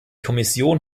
kommission